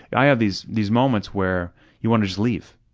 i have these these moments where you wanna just leave,